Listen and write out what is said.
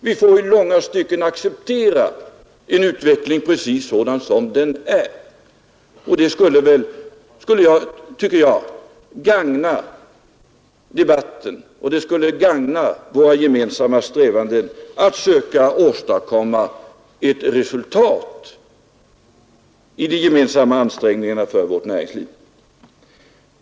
Vi får i långa stycken acceptera en utveckling precis sådan som den är, och det skulle gagna debatten och våra gemensamma strävanden att söka åstadkomma ett resultat i ansträngningarna för vårt näringsliv.